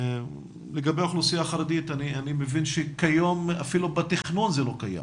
לגבי האוכלוסייה החרדית אני מבין שכיום אפילו בתכנון זה לא קיים,